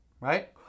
right